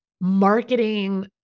marketing